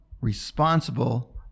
responsible